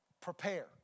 prepare